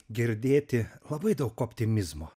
girdėti labai daug optimizmo